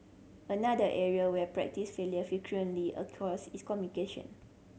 another area where practice failure frequently occurs is communication